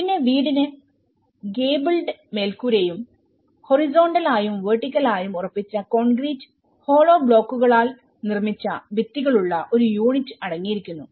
പിന്നെ വീടിന് ഗേബിൾഡ് മേൽക്കൂരയും ഹൊറിസോണ്ടൽ ആയും വെർട്ടിക്കൽ ആയും ഉറപ്പിച്ച കോൺക്രീറ്റ് ഹോള്ളോ ബ്ലോക്കുകളാൽ നിർമ്മിച്ച ഭിത്തികളുള്ള ഒരു യൂണിറ്റ് അടങ്ങിയിരിക്കുന്നു